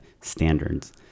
standards